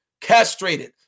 castrated